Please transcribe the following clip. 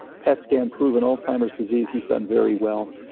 cat scan proven alzheimer's disease, he's done very well.